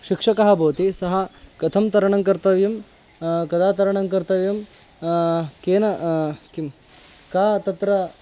शिक्षकः भवति सः कथं तरणं कर्तव्यं कदा तरणं कर्तव्यं केन किं का तत्र